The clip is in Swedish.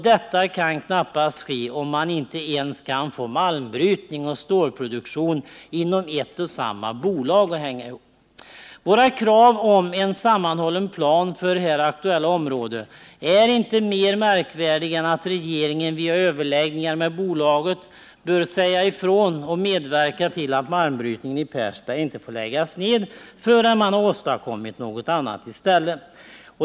Detta kan knappast ske, om man inte ens kan få malmbrytning och stålproduktion inom ett och samma bolag att hänga ihop. Vårt krav på en sammanhållen plan för här aktuellt område är inte mer märkvärdigt än att regeringen via överläggningar med bolaget bör säga ifrån och medverka till att malmbrytningen i Persberg inte får läggas ned förrän man har åstadkommit något annat i stället.